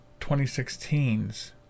2016s